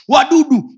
Wadudu